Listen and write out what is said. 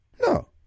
no